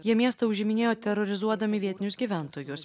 jie miestą užiminėjo terorizuodami vietinius gyventojus